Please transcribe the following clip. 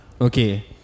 Okay